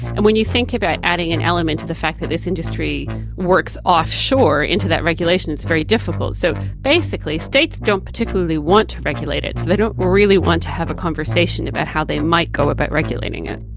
and when you think about adding an element to the fact that this industry works offshore into that regulation it's very difficult. so, basically states don't particularly want to regulate it, they don't really want to have a conversation about how they might go about regulating it.